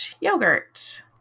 yogurt